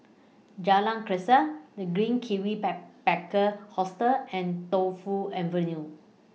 Jalan Grisek The Green Kiwi Ba Backpacker Hostel and Tu Fu Avenue